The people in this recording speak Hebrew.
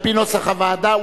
על-פי נוסח הוועדה,